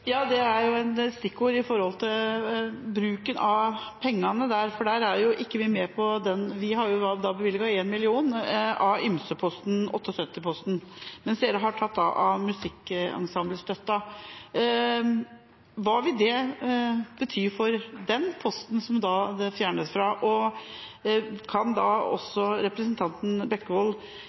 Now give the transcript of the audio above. Det er jo et stikkord når det gjelder bruken av pengene, for vi er ikke med på den. Vi har bevilget 1 mill. kr av ymseposten, 78-posten, mens dere har tatt av musikkensemblestøtten. Hva vil det bety for den posten som det da fjernes fra, og kan også representanten Bekkevold